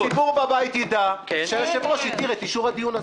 אז שהציבור בבית ידע שהיושב-ראש התיר את אישור הדיון הזה.